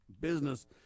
business